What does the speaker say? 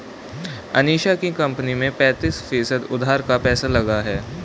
अनीशा की कंपनी में पैंतीस फीसद उधार का पैसा लगा है